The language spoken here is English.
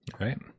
Right